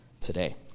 today